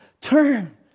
turn